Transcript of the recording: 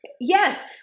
yes